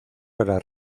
para